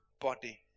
body